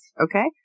okay